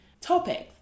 topics